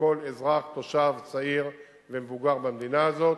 לכל אזרח, תושב, צעיר ומבוגר במדינה הזאת,